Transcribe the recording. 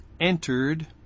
entered